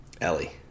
Ellie